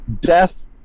death